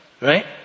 Right